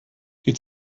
die